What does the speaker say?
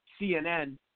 CNN